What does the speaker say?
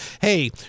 hey